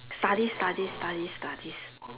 study study study study